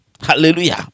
Hallelujah